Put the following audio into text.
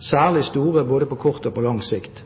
særlig store på både kort og lang sikt.